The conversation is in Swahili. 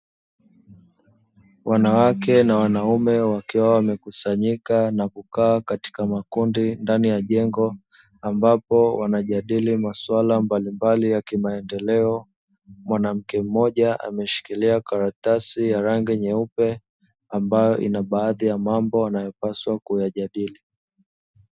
Wanawake na wanaume wakiwa wamekusanyika na kukaa katika makundi ndani ya jengo ambapo wanajadili maswala mbalimbali ya kimaendeleo, mwanamke mmoja ameshikilia karatasi ya rangi nyeupe, ambayo ina baadhi ya mambo anayopaswa kuyajadili.